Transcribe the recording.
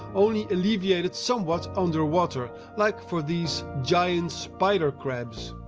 only alleviated somewhat under water, like for these giant spider crabs.